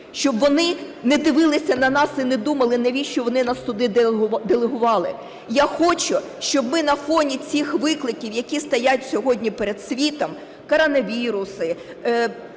Щоб вони не дивилися на нас і не думали, навіщо вони нас сюди делегували. Я хочу, щоб ми на фоні цих викликів, які стоять сьогодні перед світом – коронавіруси,